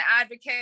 advocate